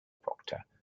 procter